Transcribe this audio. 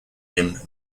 him